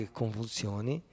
convulsioni